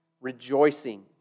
rejoicing